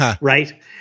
Right